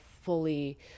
fully